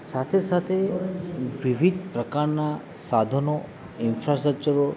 સાથે સાથે વિવિધ પ્રકારના સાધનો ઇન્ફ્રાસ્ટ્રક્ચરો